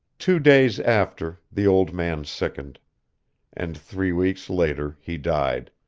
two days after, the old man sickened and three weeks later, he died.